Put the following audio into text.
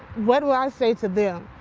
what do i say to them?